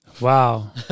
Wow